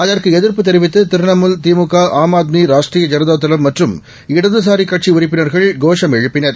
அதற்குஎதிர்ப்புதெரிவித்து திரிணாமுல் திமுக ஆம்ஆத்மி ராஷ்டரீயஜனதாதளம்மற்றும்இடதுசாரிகட்சிஉறுப்பினர்கள் கோஷம்எழுப்பினர்